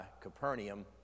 Capernaum